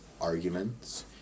arguments